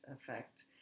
effect